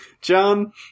John